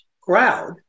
crowd